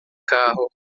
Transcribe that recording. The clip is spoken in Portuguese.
carro